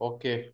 Okay